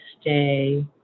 stay